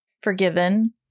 Forgiven